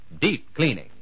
Deep-cleaning